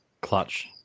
clutch